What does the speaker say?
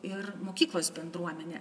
ir mokyklos bendruomenė